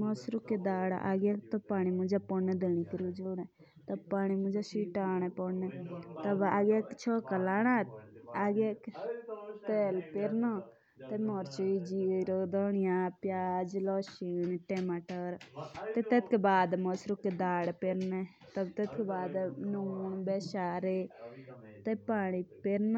नासूर की दाल सबसे. पोहिले तो पानी मुंज रोझौनी पोदनी टेटके बद अगियाक तो चोका लाना टेटके बद नून मचोयी पेरनी। या टेटके बैड दो परी मसरू की दाल या टेटके बैड दो पेरो पानी या टेटके बैड